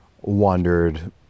wandered